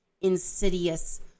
insidious